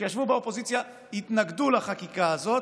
וכשישבו באופוזיציה התנגדו לחקיקה הזאת.